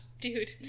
dude